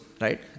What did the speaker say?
right